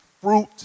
fruit